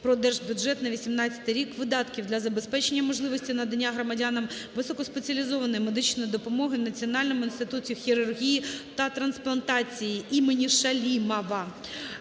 України на 2018 рік" видатків для забезпечення можливості надання громадянам високоспеціалізованої медичної допомоги в Національному інституті хірургії та трансплантації імені Шалімова.